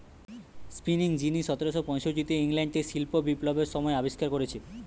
spinning যিনি সতেরশ পয়ষট্টিতে ইংল্যান্ডে শিল্প বিপ্লবের সময় আবিষ্কার কোরেছে